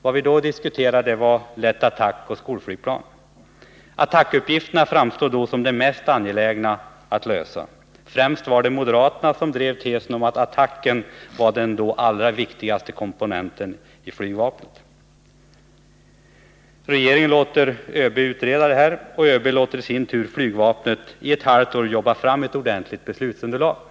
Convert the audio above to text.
Vad vi då diskuterade var lätta attackflygplan och skolflygplan. Attackuppgifterna framstod då som det mest angelägna området att tillgodose. Främst från moderaterna drevs tesen om attackflygplanen som den allra viktigaste komponenten i flygvapnet. 2. Regeringen låter ÖB utreda frågan. och ÖB låter i sin tur flygvapnet i ett halvt år jobba fram ett ordentligt beslutsunderlag. 3.